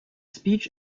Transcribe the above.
speech